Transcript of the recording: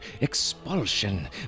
expulsion